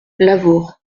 lavaur